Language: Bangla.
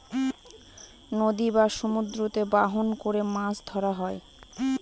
নদী বা সমুদ্রতে বাহন করে মাছ ধরা হয়